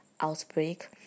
outbreak